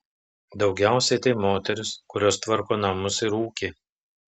daugiausiai tai moterys kurios tvarko namus ir ūkį